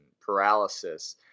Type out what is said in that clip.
paralysis